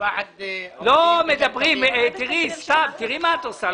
בעד רוב נגד מיעוט פנייה מספר 320 נתקבלה.